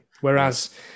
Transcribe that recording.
whereas